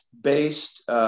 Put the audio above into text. based